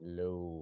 Hello